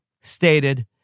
stated